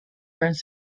french